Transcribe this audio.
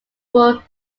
were